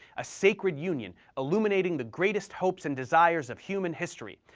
a sacred union illuminating the greatest hopes and desires of human history,